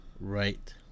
right